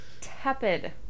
tepid